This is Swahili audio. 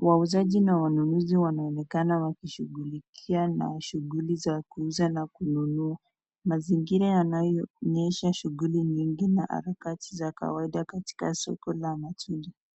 Wauzaji na wanunuzi wanaonekana wakishughulikia na shughuli za kuuza na kununua. Mazingira yanaonyesha shughuli nyingi na harakati za kawaida katika soko la matunda.